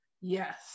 Yes